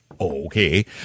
Okay